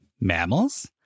Mammals